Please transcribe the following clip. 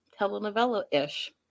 telenovela-ish